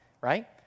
right